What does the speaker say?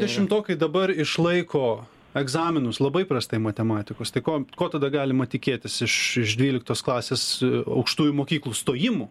dešimtokai dabar išlaiko egzaminus labai prastai matematikos tai ko ko tada galima tikėtis iš iš dvyliktos klasės aukštųjų mokyklų stojimų